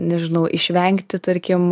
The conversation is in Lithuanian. nežinau išvengti tarkim